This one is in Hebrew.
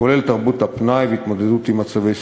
כולל תרבות הפנאי והתמודדות עם מצבי סיכון.